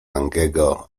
langego